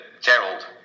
Gerald